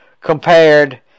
compared